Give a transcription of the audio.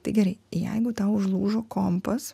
tai gerai jeigu tau užlūžo kompas